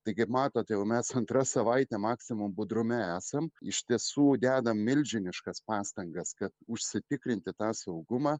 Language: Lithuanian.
taigi matote jau mes antra savaitė maksimum budrume esam iš tiesų deda milžiniškas pastangas kad užsitikrinti tą saugumą